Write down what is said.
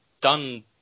done